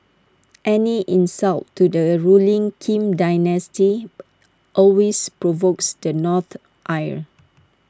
any insult to the ruling Kim dynasty always provokes the North's ire